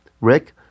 Rick